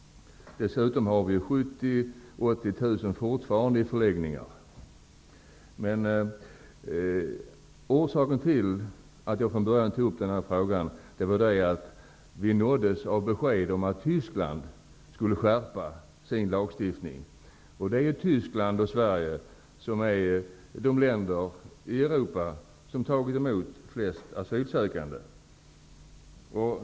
Dessutom finns det fortfarande 70 000--80 000 Orsaken till att jag tog upp den här frågan var att det kom besked om att Tyskland skulle skärpa sin lagstiftning. Det är ju Tyskland och Sverige som är de länder i Europa som har tagit emot flest asylsökande.